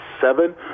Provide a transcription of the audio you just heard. seven